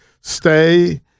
stay